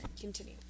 Continue